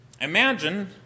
Imagine